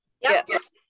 yes